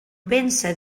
pensa